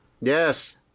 Yes